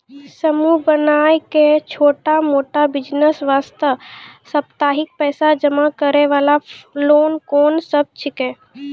समूह बनाय के छोटा मोटा बिज़नेस वास्ते साप्ताहिक पैसा जमा करे वाला लोन कोंन सब छीके?